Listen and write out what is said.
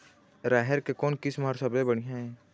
राहेर के कोन किस्म हर सबले बढ़िया ये?